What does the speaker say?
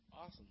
Awesome